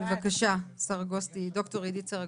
בבקשה ד"ר עדית סרגוסטי.